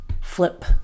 flip